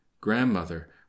Grandmother